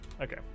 Okay